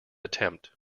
attempt